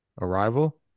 Arrival